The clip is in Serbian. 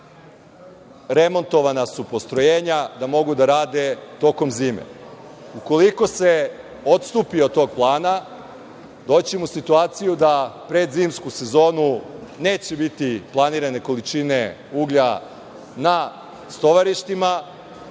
remontovana su postrojenja da mogu da rade tokom zime. Ukoliko se odstupi od tog plana doći ćemo u situaciju da pred zimsku sezonu neće biti planirane količine uglja na stovarištima,